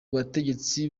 bategetsi